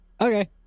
Okay